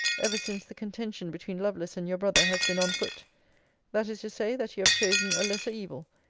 ever since the contention between lovelace and your brother has been on foot that is to say, that you have chosen a lesser evil,